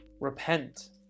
repent